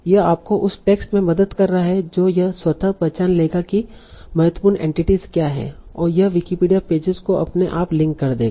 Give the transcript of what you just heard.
यह आपको उस टेक्स्ट में मदद कर रहा है जो यह स्वतः पहचान लेगा कि महत्वपूर्ण एंटिटीस क्या हैं और यह विकिपीडिया पेजेज को अपने आप लिंक कर देगा